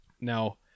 Now